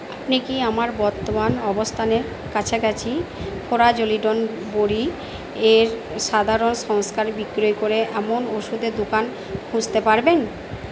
আপনি কি আমার বর্তমান অবস্থানের কাছাকাছি ফরাজোলিডোন বড়ি এর সাধারণ সংস্কার বিক্রয় করে এমন ওষুধের দোকান খুঁজতে পারবেন